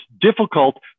difficult